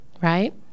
right